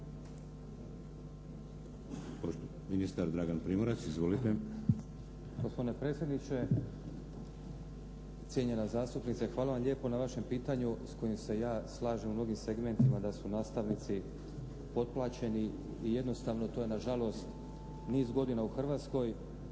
Ministar Dragan Primorac. Izvolite! **Primorac, Dragan** Gospodine predsjedniče! Cijenjena zastupnice, hvala vam lijepo na vašem pitanju s kojim se ja slažem u mnogim segmentima da su nastavnici potplaćeni i jednostavno to je nažalost niz godina u Hrvatskoj,